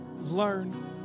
learn